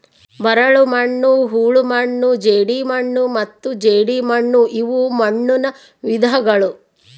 ಮರಳುಮಣ್ಣು ಹೂಳುಮಣ್ಣು ಜೇಡಿಮಣ್ಣು ಮತ್ತು ಜೇಡಿಮಣ್ಣುಇವು ಮಣ್ಣುನ ವಿಧಗಳು